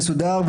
מסודר,